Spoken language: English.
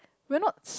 we're not